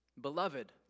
Beloved